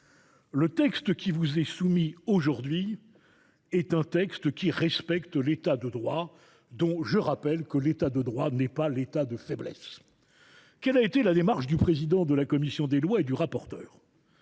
Le texte qui vous est soumis aujourd’hui est un texte qui respecte l’État de droit, qui n’est pas, je le rappelle, l’État de faiblesse. Quelle a été la démarche du président de la commission des lois et du rapporteur ?